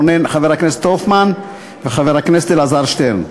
חבר הכנסת הופמן וחבר הכנסת אלעזר שטרן.